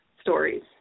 stories